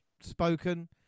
spoken